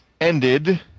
ended